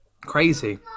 Crazy